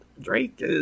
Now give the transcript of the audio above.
Drake